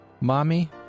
Mommy